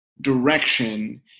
direction